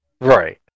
Right